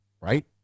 right